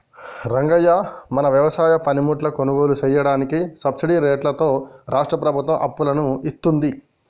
రంగయ్య మన వ్యవసాయ పనిముట్లు కొనుగోలు సెయ్యదానికి సబ్బిడి రేట్లతో రాష్ట్రా ప్రభుత్వం అప్పులను ఇత్తుంది